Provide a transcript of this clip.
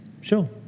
sure